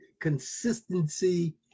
Consistency